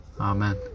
Amen